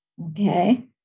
Okay